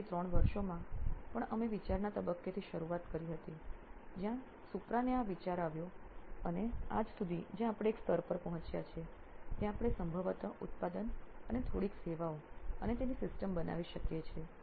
5 થી 3 વર્ષોમાં પણ અમે વિચારના તબક્કેથી શરૂઆત કરી હતી જ્યાં સુપ્રા આ વિચાર સાથે આવ્યો છે અને આજ સુધી જ્યાં આપણે એક સ્તર પર પહોંચ્યા છે ત્યાં આપણે સંભવત ઉત્પાદન અને થોડીક સેવાઓ અને તેની સિસ્ટમ બનાવી શકીએ છીએ